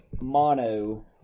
mono